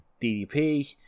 DDP